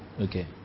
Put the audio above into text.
Okay